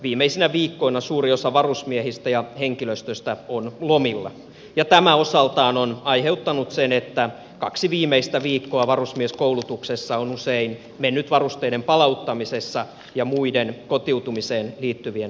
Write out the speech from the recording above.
viimeisinä viikkoina suuri osa varusmiehistä ja henkilöstöstä on lomilla ja tämä osaltaan on aiheuttanut sen että kaksi viimeistä viikkoa varusmieskoulutuksessa on usein mennyt varusteiden palauttamisessa ja muiden kotiutumiseen liittyvien toimenpiteiden parissa